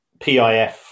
PIF